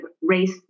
race